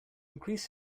increase